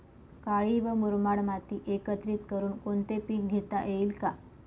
काळी व मुरमाड माती एकत्रित करुन कोणते पीक घेता येईल का?